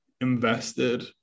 invested